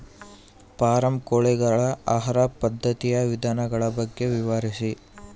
Form ಕೋಳಿಗಳ ಆಹಾರ ಪದ್ಧತಿಯ ವಿಧಾನಗಳ ಬಗ್ಗೆ ವಿವರಿಸಿ?